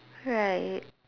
right